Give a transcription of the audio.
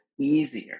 easier